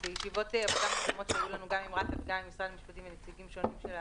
וגם עם משרד המשפטים ונציגים שונים של הממשלה,